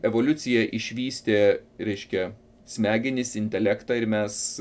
evoliucija išvystė reiškia smegenis intelektą ir mes